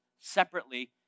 separately